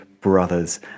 brothers